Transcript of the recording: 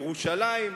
ירושלים,